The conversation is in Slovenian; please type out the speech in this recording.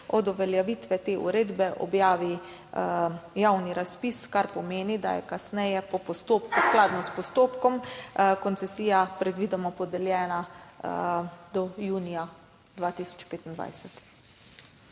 od uveljavitve te uredbe objavi javni razpis. Kar pomeni, da je kasneje skladno s postopkom koncesija predvidoma podeljena do junija 2025.